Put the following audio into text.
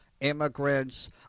immigrants